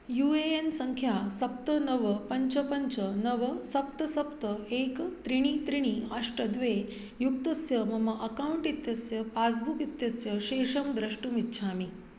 you A N सङ्ख्या सप्त नव पञ्च पञ्च नव सप्त सप्त एकं त्रीणि त्रीणि अष्ट द्वे युक्तस्य मम अकौण्ट् इत्यस्य पास्बुक् इत्यस्य शेषं द्रष्टुम् इच्छामि